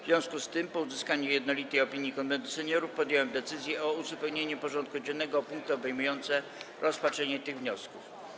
W związku z tym, po uzyskaniu jednolitej opinii Konwentu Seniorów, podjąłem decyzję o uzupełnieniu porządku dziennego o punkty obejmujące rozpatrzenie tych wniosków.